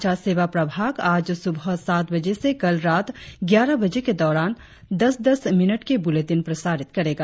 सामाचार सेवा प्रभाग आज सुबह सात बजे से कल रात ग्यारह बजे के दौरान दस दस मिनट के बुलेटिन प्रसारित करेगा